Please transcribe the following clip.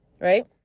right